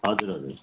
हजुर हजुर